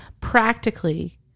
practically